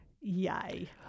yay